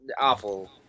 awful